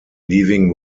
leaving